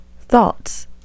thoughts